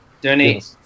Donate